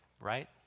right